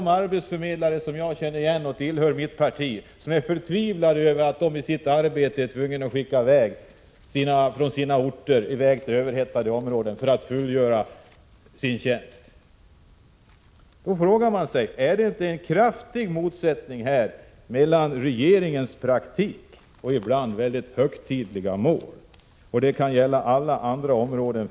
Många arbetsförmedlare som jag känner och RE gl FRE Se Höna Fa i a - 3 Arbetsmarknadspolitisom tillhör mitt parti är förtvivlade över att de i sitt arbete är tvungna — för att k en, m.m. fullgöra detta arbete — att skicka i väg människor från deras hemorter till överhettade områden. Jag måste ställa frågan: Råder det inte en kraftig motsättning mellan regeringens praktiska handlande och ibland mycket högtidliga mål? Den frågan kan gälla alla andra områden.